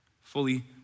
Fully